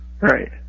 Right